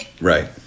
right